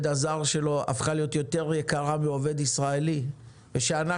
הזה שלו הפכה להיות יותר יקרה מעובד ישראלי ושאנחנו,